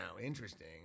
Interesting